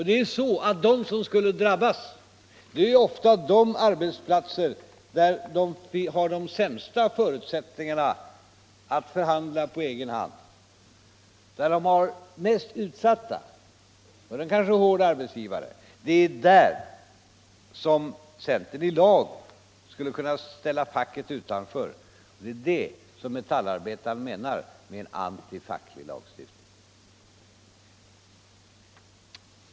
De som skulle drabbas skulle vara de anställda vid de arbetsplatser där de sämsta förutsättningarna finns för dem att förhandla på egen hand, där de är mest utsatta och kanske har en hård arbetsgivare. Det är där som centern i dag skulle kunna ställa facket utanför. Det är det Metallarbetaren menar med antifacklig lagstiftning.